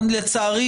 נצטרך לשקול.